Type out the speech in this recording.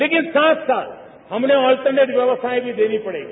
लेकिन साथ साथ हमने अलर्टनेट व्यवस्थाएं भी देनी पड़ेगी